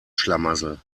schlamassel